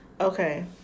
Okay